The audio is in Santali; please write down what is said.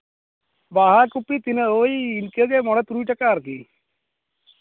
ᱵᱟᱦᱟ ᱠᱚᱯᱤ ᱛᱤᱱᱟᱹᱜ ᱳᱭ ᱤᱱᱠᱟᱹ ᱢᱚᱬᱮ ᱛᱩᱨᱩᱭ ᱴᱟᱠᱟ ᱟᱨᱠᱤ